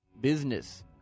Business